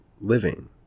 living